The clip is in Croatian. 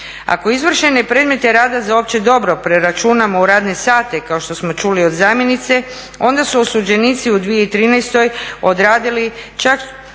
Ako izvršene predmete rada za opće dobro preračunamo u radne sate kao što smo čuli od zamjenice onda su osuđenici u 2013. odradili čak